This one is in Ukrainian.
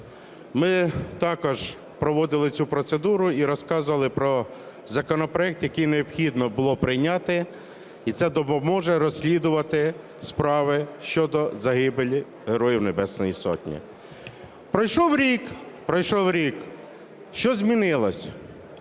ми також проводили цю процедуру і розказували про законопроект, який необхідно було прийняти, і це допоможе розслідувати справи щодо загибелі Героїв Небесної Сотні. Пройшов рік. Пройшов